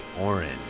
orange